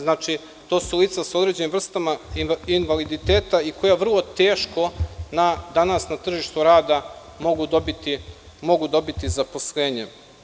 Znači, to su lica sa određenim vrstama invaliditeta i koja vrlo teško danas na tržištu rada mogu dobiti zaposlenje.